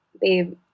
babe